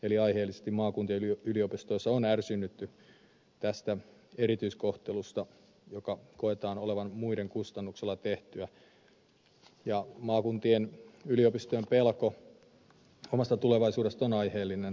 eli aiheellisesti maakuntien yliopistoissa on ärsyynnytty tästä erityiskohtelusta joka koetaan olevan muiden kustannuksella tehtyä ja maakuntien yliopistojen pelko omasta tulevaisuudestaan on aiheellinen